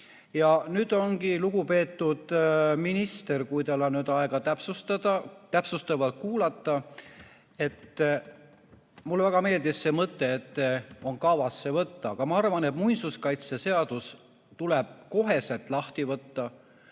Ja nüüd, lugupeetud minister, kui teil on aega täpsustavalt kuulata, mulle väga meeldis see mõte, et on kavas see ette võtta. Aga ma arvan, et muinsuskaitseseadus tuleb otsekohe lahti võtta.